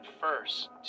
first